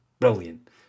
Brilliant